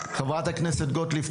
חה"כ גוטליב,